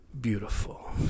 beautiful